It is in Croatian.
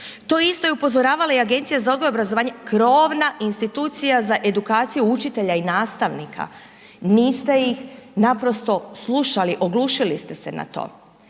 je isto i upozoravala i Agencija za odgoj i obrazovanje, krovna institucija za edukaciju učitelja i nastavnika, niste ih naprosto slušali, oglušili ste ih na to,